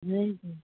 नहि भेल